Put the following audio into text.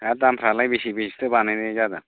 हा दामफ्रालाय बेसे बेसेथो बानायनाय जादों